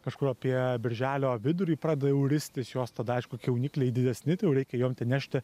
kažkur apie birželio vidurį pradeda jau ristis jos tada aišku jaunikliai didesni tai jau reikia jom nešti